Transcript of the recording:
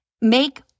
make